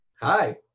Hi